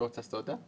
שלום.